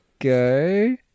go